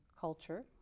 culture